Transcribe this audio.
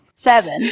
Seven